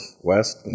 west